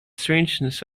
strangeness